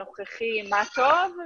הנוכחי, מה טוב.